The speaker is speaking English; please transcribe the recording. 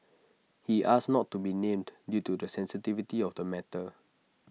he asked not to be named due to the sensitivity of the matter